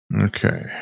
Okay